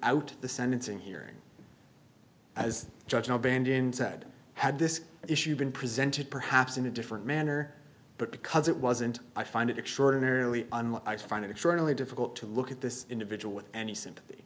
out the sentencing hearing as judge no band instead had this issue been presented perhaps in a different manner but because it wasn't i find it extraordinarily unless i find it extraordinary difficult to look at this individual with any sympathy